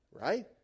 Right